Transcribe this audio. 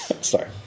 Sorry